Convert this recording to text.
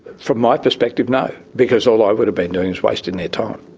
from my perspective, no, because all i would've been doing is wasting their time.